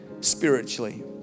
spiritually